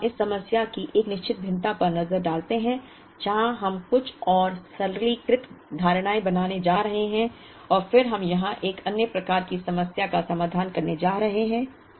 अब हम इस समस्या की एक निश्चित भिन्नता पर नजर डालते हैं जहाँ हम कुछ और सरलीकृत धारणाएँ बनाने जा रहे हैं और फिर हम यहाँ एक अन्य प्रकार की समस्या का समाधान करने जा रहे हैं